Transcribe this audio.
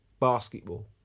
basketball